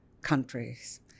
countries